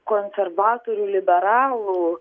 konservatorių liberalų